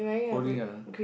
holding a